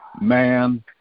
man